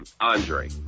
Andre